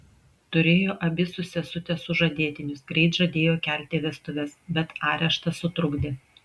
turėjo abi su sesute sužadėtinius greit žadėjo kelti vestuves bet areštas sutrukdė